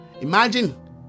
Imagine